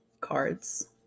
cards